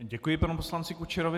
Děkuji panu poslanci Kučerovi.